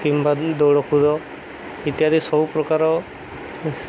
କିମ୍ବା ଦୌଡ଼କୁଦ ଇତ୍ୟାଦି ସବୁପ୍ରକାର